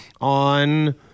on